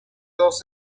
dos